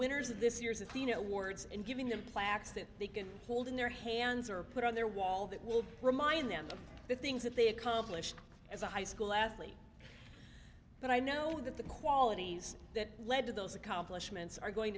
winners of this year's athena awards and giving them plaques that they can hold in their hands or put on their wall that will remind them of the things that they accomplished as a high school athlete but i know that the qualities that led to those accomplishments are going